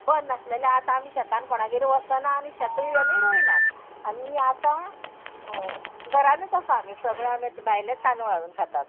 बंद नासले जाल्यार आतां आमी शेतान कोणागेर वसना आनी शेतूय आमी रोयनात आनी आतां घरानूच आसा आमी सगळें आमी भायले तांदूळ हाडून खातात